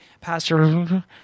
Pastor